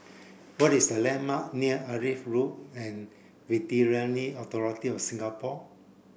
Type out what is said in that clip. what is the landmark near Agri Road and Veterinary Authority of Singapore